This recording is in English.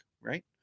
right